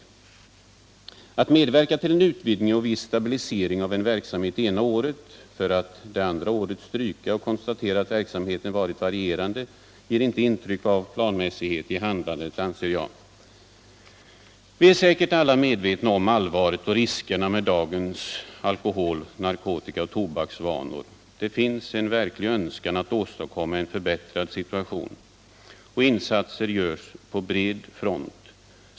Att det ena året medverka till en utvidgning och viss stabilisering av en verksamhet för att det andra året stryka anvisade belopp och konstatera att Nr 78 verksamheten varit varierande ger enligt min mening inte intryck av Måndagen den planmässighet i handlandet. 13 februari 1978 Vi är säkerligen medvetna om allvaret och riskerna med dagens alkohol-, narkotika och tobaksvanor. Det finns en verklig önskan att åstadkom ma en förbättrad situation, och insatser görs på bred front.